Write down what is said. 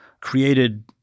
created